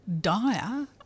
dire